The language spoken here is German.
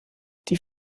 die